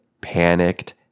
panicked